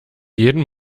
jeden